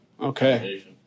Okay